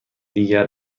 دیگر